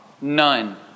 none